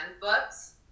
books